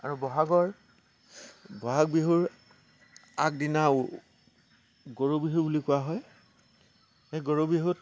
আৰু বহাগৰ বহাগ বিহুৰ আগদিনাও গৰু বিহু বুলি কোৱা হয় সেই গৰু বিহুত